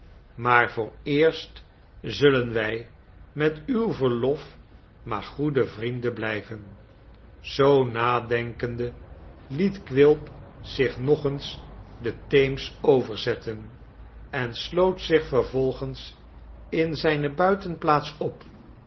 maar vooreerst zullen wij met uw verlof maar goede vrienden blijven zoo nadenkende liet quilp zich nog eens den teems overzetten en sloot zich vervolgens in zijne buitenplaats op